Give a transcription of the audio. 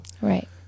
Right